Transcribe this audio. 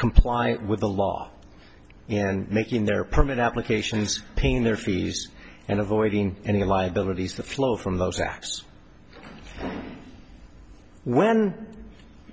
comply with the law and making their permit applications paying their fees and avoiding any liabilities that flow from those acts when